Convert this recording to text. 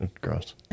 gross